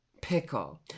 Pickle